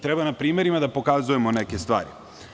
Treba na primerima da pokazujemo neke stvari.